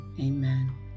amen